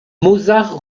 mozart